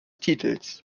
titels